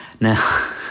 Now